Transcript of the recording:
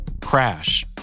crash